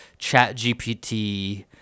ChatGPT